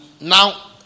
now